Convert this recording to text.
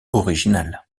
original